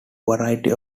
variety